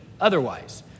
otherwise